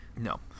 No